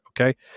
Okay